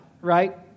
right